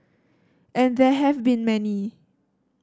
and there have been many